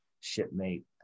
shipmate